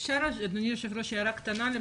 אז הוחלט שחוזרים ביום ראשון, מה קורה אז.